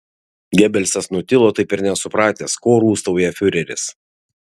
gebelsas nutilo taip ir nesupratęs ko rūstauja fiureris